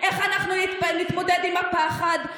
איך אנחנו נתמודד עם הפחד?